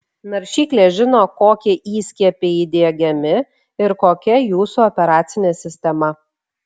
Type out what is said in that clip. naršyklė žino kokie įskiepiai įdiegiami ir kokia jūsų operacinė sistema